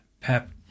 Pep